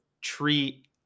treat